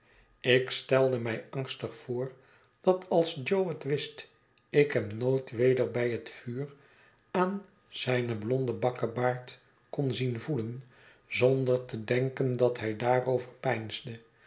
tong ikstelde mij angstig voor dat als jo het wist ik hem nooit weder bij het vuur aan zijn blonden bakkebaard kon zien voelen zonder te denken dat hij daarover